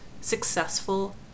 successful